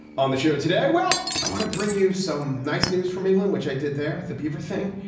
on the show today. well, i want to bring you some nice news from england, which i did there at the beaver thing,